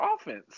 offense